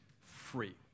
free